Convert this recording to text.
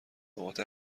نقاط